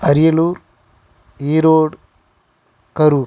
Ariyalur Erode Karur